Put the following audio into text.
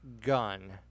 gun